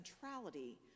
centrality